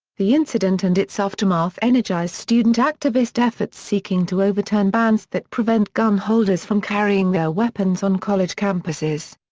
the incident and its aftermath energized student activist efforts seeking to overturn bans that prevent gun holders from carrying their weapons on college campuses.